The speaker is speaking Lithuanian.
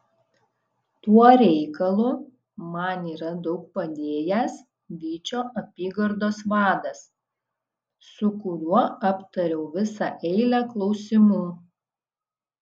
tuo reikalu man yra daug padėjęs vyčio apygardos vadas su kuriuo aptariau visą eilę klausimų